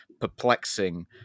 perplexing